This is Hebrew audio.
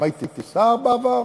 גם הייתי שר בעבר,